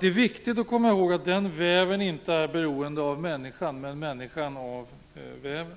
Det är viktigt att komma ihåg att den väven inte är beroende av människan men att människan är beroende av väven.